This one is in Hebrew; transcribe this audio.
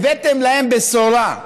הבאתם להם בשורה.